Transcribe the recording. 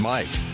Mike